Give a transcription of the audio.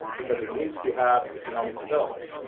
because it needs to have economic development.